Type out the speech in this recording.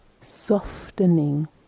softening